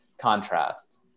contrast